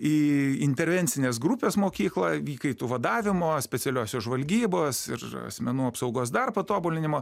į intervencinės grupės mokyklą įkaitų vadavimo specialiosios žvalgybos ir asmenų apsaugos dar patobulinimo